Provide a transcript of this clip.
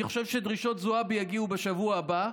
אני חושב שדרישות זועבי יגיעו בשבוע הבא,